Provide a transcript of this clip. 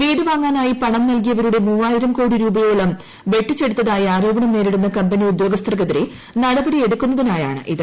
വീട് വാങ്ങാനായ്ടി പ്പണം നൽകിയവരുടെ മൂവായിരം കോടി രൂപയോളം വെട്ടിച്ചെടുത്ത്തായി ആരോപണം നേരിടുന്ന കമ്പനി ഉദ്യോഗസ്ഥർക്കെതിരെ നടപ്പടി എടുക്കുന്നതിനായാണ് ഇത്